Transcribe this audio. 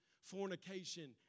fornication